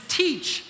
teach